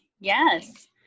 yes